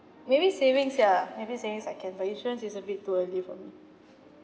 maybe saving sia maybe savings I can but insurance is a bit too early for me